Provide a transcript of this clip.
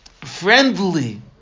friendly